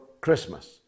Christmas